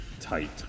tight